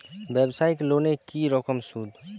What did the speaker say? ব্যবসায়িক লোনে কি রকম সুদ?